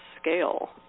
scale